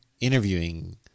interviewing